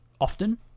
often